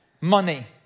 money